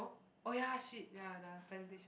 oh ya shit ya the presentation